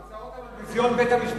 הוא עצר אותן על ביזיון בית-המשפט.